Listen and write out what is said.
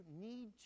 need